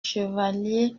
chevalier